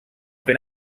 been